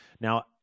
Now